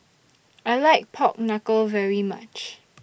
I like Pork Knuckle very much